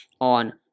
on